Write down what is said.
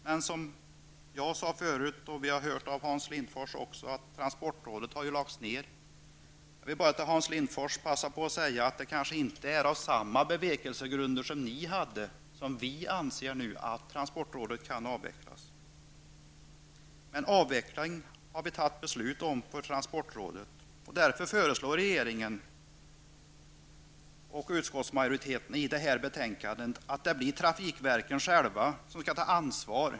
Men som jag sade förut och som vi har hört även av Hans Lindforss har transportrådet lagts ned. Jag vill bara till Hans Lindforss passa på att säga att det inte är på samma bevekelsegrund som ni hade som vi anser att transportrådet kan avvecklas. Men avvecklingen av transportrådet har vi fattat beslut om, och därför föreslår regeringen och utskottsmajoriteten i detta betänkande att trafikverken själva skall ta ansvar.